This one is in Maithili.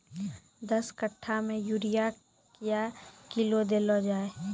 दस कट्ठा मे यूरिया क्या किलो देलो जाय?